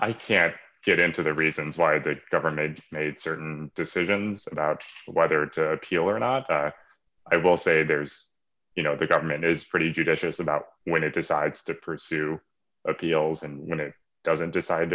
i can't get into the reasons why the government made certain decisions about whether to appeal or not i will say there's you know the government is pretty judicious about when it decides to pursue appeals and doesn't decide